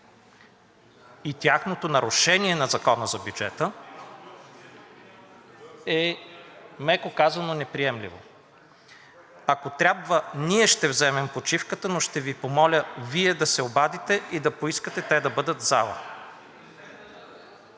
и тяхното нарушение на Закона за бюджета, е, меко казано, неприемливо. Ако трябва, ние ще вземем почивката, но ще Ви помоля Вие да се обадите и да поискате те да бъдат в залата.